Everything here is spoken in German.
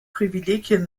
privilegien